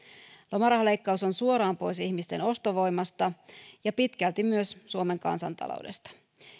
lomarahaleikkaus on suoraan pois ihmisten ostovoimasta ja pitkälti myös suomen kansantaloudesta